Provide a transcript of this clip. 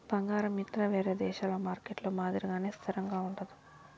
బంగారం ఇతర వేరే దేశాల మార్కెట్లలో మాదిరిగానే స్థిరంగా ఉండదు